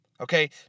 Okay